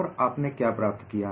और आपने क्या प्राप्त किया